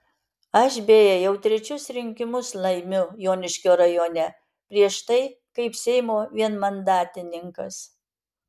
aš beje jau trečius rinkimus laimiu joniškio rajone prieš tai kaip seimo vienmandatininkas